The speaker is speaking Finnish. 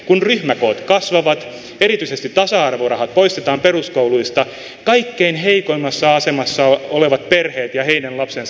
kun ryhmäkoot kasvavat erityisesti tasa arvorahat poistetaan peruskouluista kaikkein heikoimmassa asemassa olevat perheet ja heidän lapsensa kärsivät